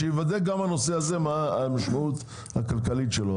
שתיבדק גם המשמעות הכלכלית של הנושא הזה,